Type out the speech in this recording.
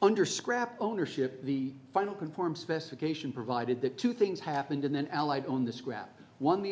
under scrap ownership the final conform specification provided that two things happened in an allied on the scrap one the